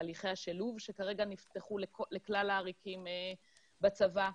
בהליכי השילוב שכרגע נפתחו לכלל העריקים בצבא.